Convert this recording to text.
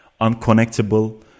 unconnectable